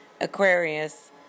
Aquarius